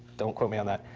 don't quote me on that,